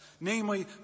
namely